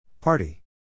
Party